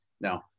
no